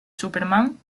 superman